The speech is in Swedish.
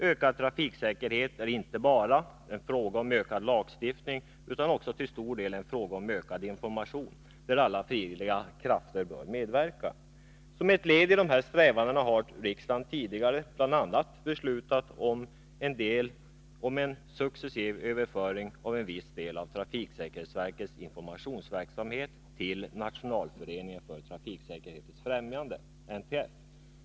Ökad trafiksäkerhet är inte bara en fråga om ökad lagstiftning, utan också till stor del en fråga om ökad information där alla frivilliga krafter bör medverka. Som ett led i dessa strävanden har riksdagen tidigare bl.a. beslutat om en successiv överföring av en viss del av trafiksäkerhetsverkets informationsverksamhet till Nationalföreningen för trafiksäkerhetens främjande, NTF.